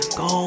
go